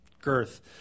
girth